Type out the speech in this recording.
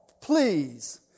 please